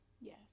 Yes